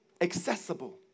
accessible